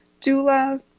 doula